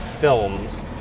films